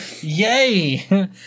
Yay